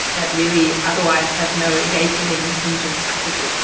that really otherwise have no engagement in in jewish practices,